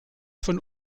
von